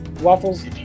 waffles